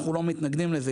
אנחנו לא מתנגדים לזה,